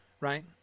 right